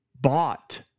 bought